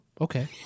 okay